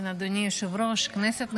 אדוני היושב-ראש, כנסת נכבדה,